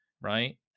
right